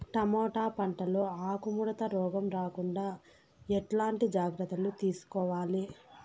Tomato పంట లో ఆకు ముడత రోగం రాకుండా ఎట్లాంటి జాగ్రత్తలు తీసుకోవాలి?